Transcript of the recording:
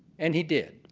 and he did.